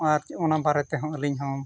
ᱟᱨ ᱚᱱᱟ ᱵᱟᱨᱮ ᱛᱮᱦᱚᱸ ᱟᱞᱤᱧᱦᱚᱸ